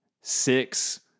six